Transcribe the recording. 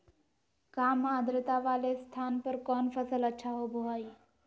काम आद्रता वाले स्थान पर कौन फसल अच्छा होबो हाई?